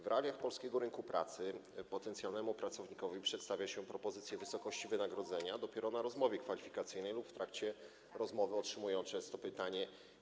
W realiach polskiego rynku pracy potencjalnemu pracownikowi przedstawia się propozycję wysokości wynagrodzenia dopiero na rozmowie kwalifikacyjnej lub w trakcie rozmowy otrzymują oni często pytanie: